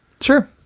Sure